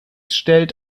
stellt